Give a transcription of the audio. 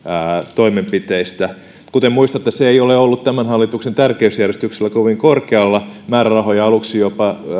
toimenpiteistä kuten muistatte ne eivät ole olleet tämän hallituksen tärkeysjärjestyksessä kovin korkealla määrärahoja aluksi jopa